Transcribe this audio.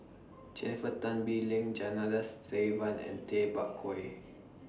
Jennifer Tan Bee Leng Janadas Devan and Tay Bak Koi